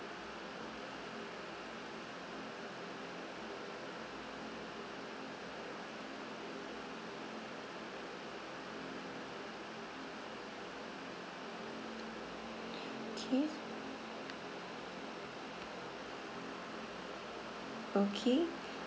K okay